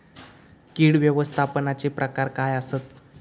कीड व्यवस्थापनाचे प्रकार काय आसत?